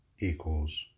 equals